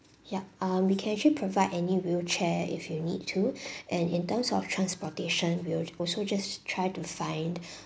yup uh we can actually provide any wheelchair if you need to and in terms of transportation we'll also just try to find